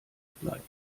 bleibt